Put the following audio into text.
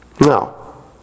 No